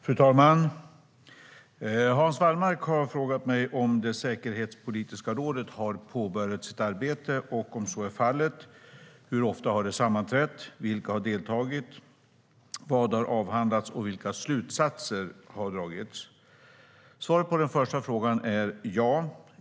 Fru talman! Hans Wallmark har frågat mig om det säkerhetspolitiska rådet har påbörjat sitt arbete och, om så är fallet, hur ofta det har sammanträtt, vilka som har deltagit, vad som har avhandlats och vilka slutsatser som har dragits. Svaret på den första frågan är ja.